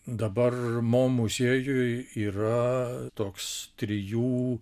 dabar mo muziejuj yra toks trijų